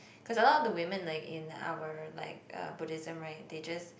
cause a lot of women like in our like uh Buddhism right they just